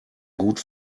gut